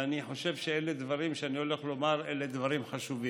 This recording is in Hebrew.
ואני חושב שהדברים שאני הולך לומר הם דברים חשובים.